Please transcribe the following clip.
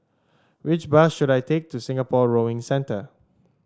which bus should I take to Singapore Rowing Centre